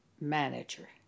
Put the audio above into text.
manager